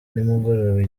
nimugoroba